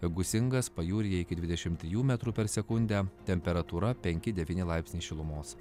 gūsingas pajūryje iki dvidešimt trijų metrų per sekundę temperatūra penki devyni laipsniai šilumos